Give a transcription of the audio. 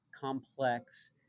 complex